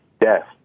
death